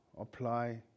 apply